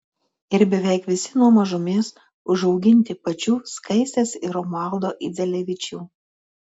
ir beveik visi nuo mažumės užauginti pačių skaistės ir romaldo idzelevičių